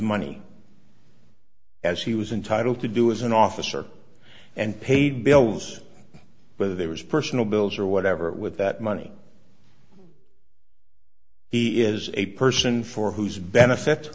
money as he was entitled to do as an officer and paid the bill was whether there was personal bills or whatever with that money he is a person for whose benefit